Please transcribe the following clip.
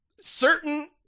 certain